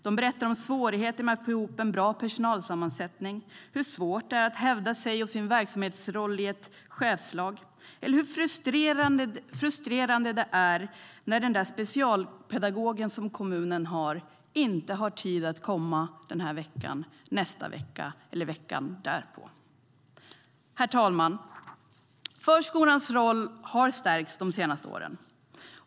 De berättar om svårigheter med att få ihop en bra personalsammansättning, hur svårt det är att hävda sig och sin verksamhets roll i ett chefslag, eller hur frustrerande det är när den där specialpedagogen som kommunen har inte har tid att komma denna vecka, nästa vecka eller veckan därpå. Herr talman! Förskolans roll har stärkts de senaste åren.